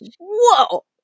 whoa